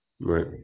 Right